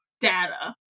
data